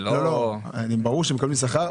לא, ברור שהם מקבלים שכר.